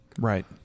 Right